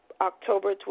October